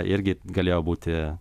irgi galėjo būti